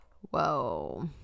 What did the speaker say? whoa